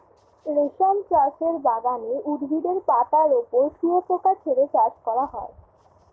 রেশম চাষের বাগানে উদ্ভিদের পাতার ওপর শুয়োপোকা ছেড়ে চাষ করা হয়